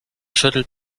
schüttelt